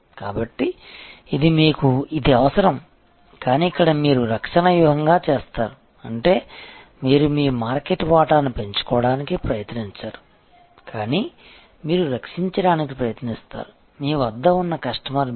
కాబట్టి మీకు ఇది అవసరం కానీ ఇక్కడ మీరు రక్షణ వ్యూహం చేస్తారు అంటే మీరు మీ మార్కెట్ వాటాను పెంచుకోవడానికి ప్రయత్నించరు కానీ మీరు రక్షించడానికి ప్రయత్నిస్తారు మీ వద్ద ఉన్న కస్టమర్ బేస్